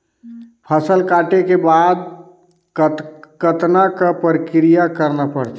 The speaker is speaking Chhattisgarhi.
फसल काटे के बाद कतना क प्रक्रिया करना पड़थे?